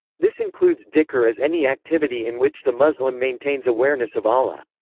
this includes dhikr as any activity in which the muslim maintains awareness of allah.